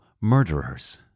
murderers